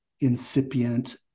incipient